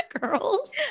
girls